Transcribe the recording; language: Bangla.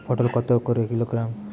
পটল কত করে কিলোগ্রাম?